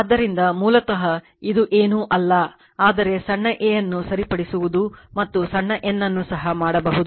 ಆದ್ದರಿಂದ ಮೂಲತಃ ಇದು ಏನೂ ಅಲ್ಲ ಆದರೆ ಸಣ್ಣ a ಅನ್ನು ಸರಿಪಡಿಸಬಹುದು ಮತ್ತು ಸಣ್ಣ n ಅನ್ನು ಸಹ ಮಾಡಬಹುದು